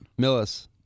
Millis